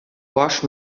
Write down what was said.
wash